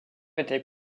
était